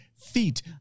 feet